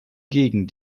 gegen